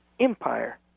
empire